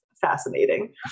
fascinating